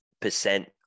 percent